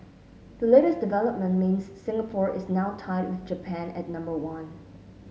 the latest development means Singapore is now tied with Japan at number one